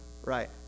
Right